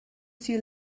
see